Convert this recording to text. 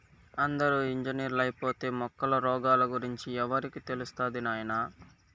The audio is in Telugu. అందరూ ఇంజనీర్లైపోతే మొక్కల రోగాల గురించి ఎవరికి తెలుస్తది నాయనా